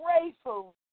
grateful